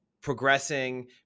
progressing